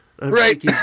right